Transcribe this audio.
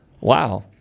Wow